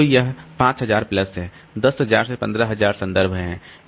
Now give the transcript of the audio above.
तो यह 5000 प्लस है 10000 से 15000 संदर्भ है